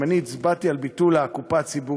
ואם אני הצבעתי על ביטול הקופה הציבורית